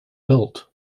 built